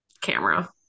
camera